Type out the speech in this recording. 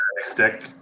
stick